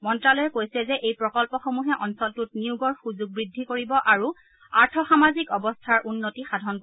মন্ত্যালয়ে কৈছে যে এই প্ৰকল্পসমূহে অঞ্চলটোত নিয়োগৰ সুযোগ বৃদ্ধি কৰিব আৰু আৰ্থ সামাজিক অৱস্থাৰ উন্নতি সাধন কৰিব